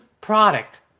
product